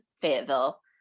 Fayetteville